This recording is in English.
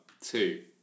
two